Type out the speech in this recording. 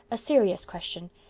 a serious question.